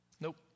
Nope